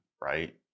right